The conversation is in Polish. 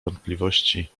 wątpliwości